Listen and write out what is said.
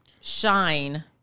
shine